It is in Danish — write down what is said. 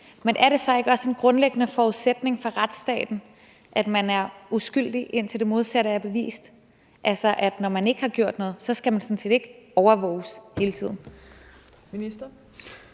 men er det så ikke også en grundlæggende forudsætning for retsstaten, at man er uskyldig, indtil det modsatte er bevist, altså at når man ikke har gjort noget, skal man sådan set ikke overvåges hele tiden?